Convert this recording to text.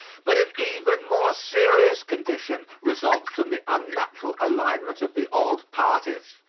but an even more serious condition results from the unnatural alignment of the old parties.